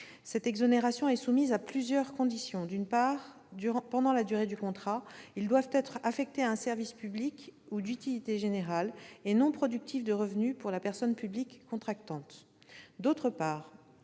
Cette exonération est soumise à plusieurs conditions. D'une part, pendant la durée du contrat, ils doivent être affectés à un service public ou d'utilité générale et non productifs de revenus pour la personne publique contractante. D'autre part,